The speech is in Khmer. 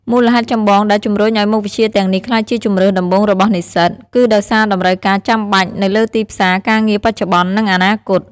មូលហេតុចម្បងដែលជំរុញឱ្យមុខវិជ្ជាទាំងនេះក្លាយជាជម្រើសដំបូងរបស់និស្សិត គឺដោយសារតម្រូវការចាំបាច់នៅលើទីផ្សារការងារបច្ចុប្បន្ន និងអនាគត។